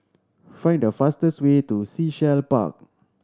find the fastest way to Sea Shell Park